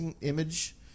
Image